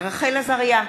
רחל עזריה,